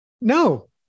No